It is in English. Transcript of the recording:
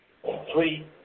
Three